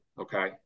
Okay